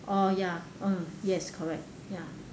oh ya mm yes correct ya